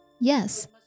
Yes